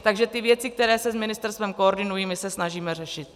Takže ty věci, které se s ministerstvem koordinují, my se snažíme řešit.